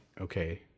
okay